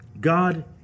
God